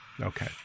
Okay